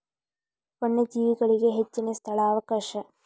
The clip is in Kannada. ವನ್ಯಜೇವಿಗಳಿಗೆ ಹೆಚ್ಚಿನ ಸ್ಥಳಾವಕಾಶ